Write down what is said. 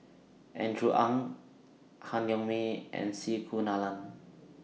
Andrew Ang Han Yong May and C Kunalan